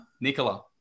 Nicola